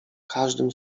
każdym